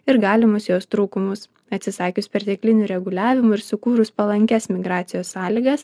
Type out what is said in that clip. ir galimus jos trūkumus atsisakius perteklinių reguliavimų ir sukūrus palankias migracijos sąlygas